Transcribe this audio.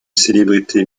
célébrité